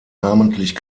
namentlich